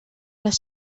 les